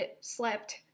slept